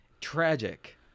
Tragic